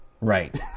Right